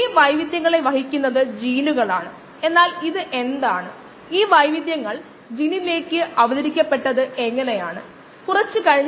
നമ്മൾ ഇതിനെക്കുറിച്ച് ചിന്തിക്കുകയാണെങ്കിൽ എനിക്ക് ഉറപ്പുണ്ട് നമ്മളിൽ പലരും ഇത് പരിഹരിക്കുമായിരുന്നു